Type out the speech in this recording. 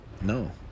no